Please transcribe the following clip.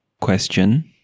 question